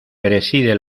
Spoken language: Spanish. preside